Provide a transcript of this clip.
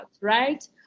right